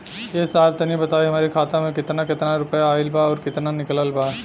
ए साहब तनि बताई हमरे खाता मे कितना केतना रुपया आईल बा अउर कितना निकलल बा?